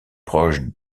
proche